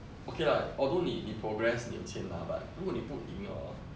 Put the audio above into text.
okay lah although 你你 progress 你有钱拿 but 如果你不赢 orh